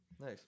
Nice